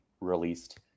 released